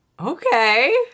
Okay